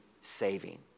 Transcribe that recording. saving